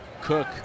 Cook